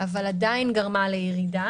אבל עדיין גרמה לירידה.